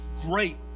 great